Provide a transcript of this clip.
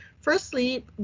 Firstly